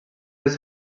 dels